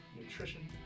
nutrition